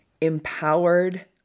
empowered